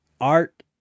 art